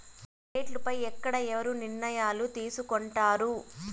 రేట్లు పై ఎక్కడ ఎవరు నిర్ణయాలు తీసుకొంటారు?